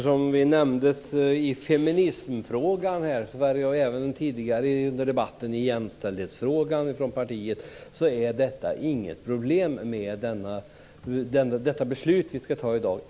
Fru talman! Eftersom vi i partiet nämndes i feminismfrågan här, och även i jämställdhetsfrågan tidigare under debatten, vill jag säga att det inte är något problem med det beslut vi ska fatta i dag.